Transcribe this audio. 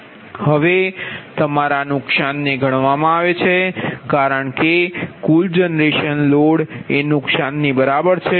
slide ટાઇમનો સંદર્ભ લો 1346 હવે તમારા નુકસાનને ગણવામાં આવે છે કારણ કે કુલ જનરેશન લોડ એ નુકસાનની બરાબર છે